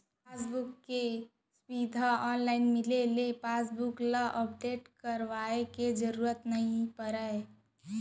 passbook के सुबिधा online मिले ले पासबुक ल अपडेट करवाए के जरूरत नइ परत हे